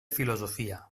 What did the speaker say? filosofia